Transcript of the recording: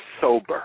sober